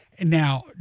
Now